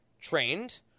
trained